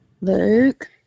Luke